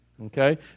okay